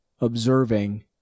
observing